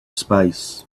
space